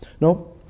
no